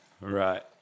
Right